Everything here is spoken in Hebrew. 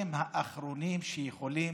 אתם האחרונים שיכולים